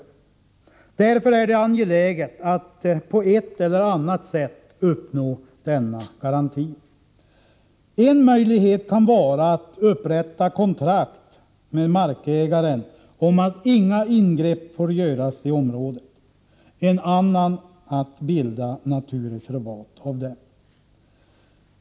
Av denna anledning är det viktigt att vi på ett eller annat sätt kan uppnå en sådan garanti. En möjlighet kan vara att upprätta kontrakt med markägaren om att inga ingrepp får göras i området. En annan kan vara att bilda naturreservat av dem.